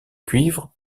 cuivre